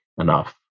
enough